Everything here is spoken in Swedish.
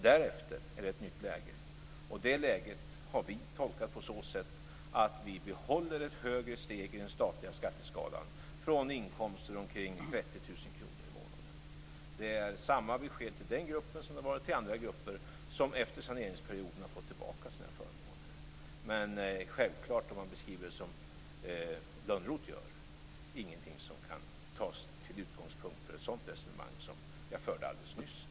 Därefter är det ett nytt läge, och det läget har vi tolkat på så sätt att vi behåller ett högre steg i den statliga skatteskalan från inkomster på omkring 30 000 kronor per månad. Beskedet är detsamma till den gruppen som det har varit till andra grupper, som under saneringsperioden har fått tillbaka sina förmåner. Men den beskrivning som Lönnroth gör är självfallet ingenting som kan tas till utgångspunkt för ett sådant resonemang som jag förde alldeles nyss.